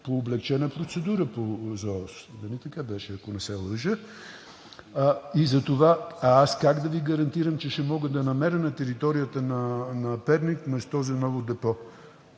по облекчена процедура по ЗООС, нали така беше, ако не се лъжа, и затова, а аз как да Ви гарантирам, че ще мога да намеря на територията на Перник място за ново депо?